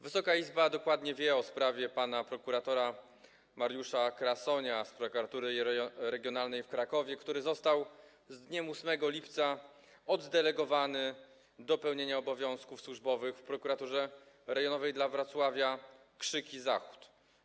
Wysoka Izba dokładnie wie o sprawie pana prokuratora Mariusza Krasonia z Prokuratury Regionalnej w Krakowie, który został z dniem 8 lipca oddelegowany do pełnienia obowiązków służbowych w Prokuraturze Rejonowej dla Wrocławia Krzyki-Zachód.